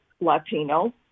Latino